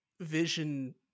vision